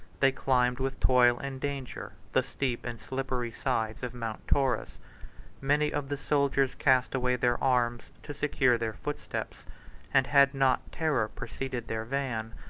they climbed with toil and danger the steep and slippery sides of mount taurus many of the soldiers cast away their arms to secure their footsteps and had not terror preceded their van,